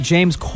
James